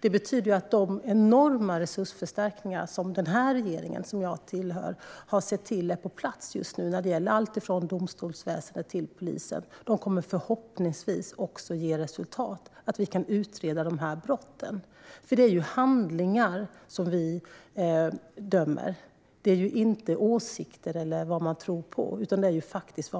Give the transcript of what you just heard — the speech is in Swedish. Förhoppningsvis kommer de enorma resursförstärkningar som den här regeringen, som jag tillhör, har sett till att få på plats när det gäller allt från domstolsväsendet till polisen att ge resultat så att vi kan utreda dessa brott. Det är nämligen handlingar vi dömer - inte åsikter och vad man tror på, utan vad man faktiskt gör.